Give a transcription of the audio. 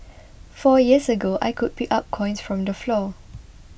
four years ago I could pick up coins from the floor